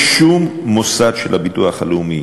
בשום מוסד של הביטוח הלאומי